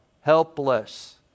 helpless